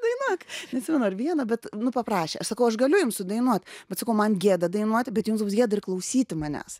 dainuok neatsimenu ar vieną bet nu paprašė sakau aš galiu jum sudainuot bet sakau man gėda dainuoti bet jums bus gėda ir klausyti manęs